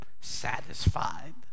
satisfied